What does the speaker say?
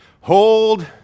hold